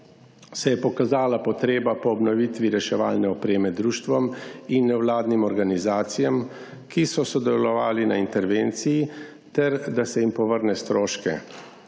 se je pokazala potreba po obnoviti reševalne opreme društvom in nevladnim organizacijam, ki so sodelovali na intervenciji, ter da se jim povrne stroške.